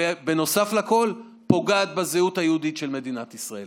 ובנוסף לכול פוגעת בזהות היהודית של מדינת ישראל.